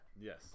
Yes